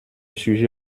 sujet